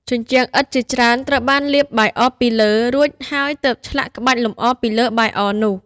ជញ្ជាំងឥដ្ឋជាច្រើនត្រូវបានលាបបាយអរពីលើ រួចហើយទើបឆ្លាក់ក្បាច់លម្អពីលើបាយអរនោះ។